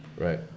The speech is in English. Right